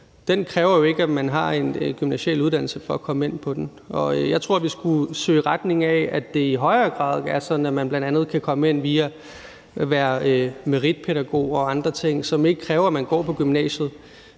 ikke kræver, at man har en gymnasial uddannelse for at komme ind på den. Jeg tror, at vi skal søge i retning af, at det i højere grad er sådan, at man bl.a. kan komme ind via at være meritpædagog og andre ting, som ikke kræver, at man går på gymnasiet.